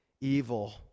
evil